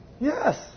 Yes